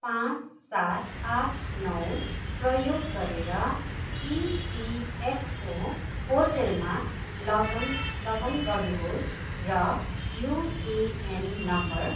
पाँच सात आठ नौ प्रयोग गरेर इपिएफओ पोर्टलमा लगन लगइन गर्नुहोस् र युएएन नम्बर